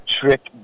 trick